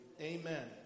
Amen